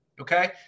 Okay